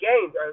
games